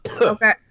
Okay